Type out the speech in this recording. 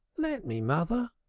let me, mother.